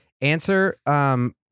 answer